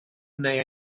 neu